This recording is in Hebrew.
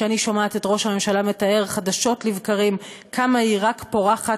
כשאני שומעת את ראש הממשלה מתאר חדשות לבקרים כמה היא רק פורחת,